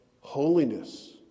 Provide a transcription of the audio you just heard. holiness